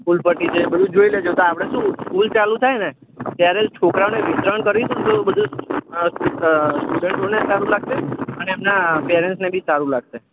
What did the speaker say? ફૂલપટ્ટી છે એ બધું જોઈ લેજો તો આપણે શું સ્કૂલ ચાલું થાય ને ત્યારે છોકરાઓને વિતરણ કરીશું ને તો સ્ટુડન્ટોને સારૂં લાગશે અને એમનાં પેરેન્ટ્સને બી સારૂં લાગશે